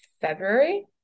February